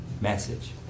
message